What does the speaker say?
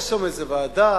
יש שם איזו ועדה,